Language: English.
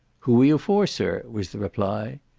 who are you for, sir? was the reply.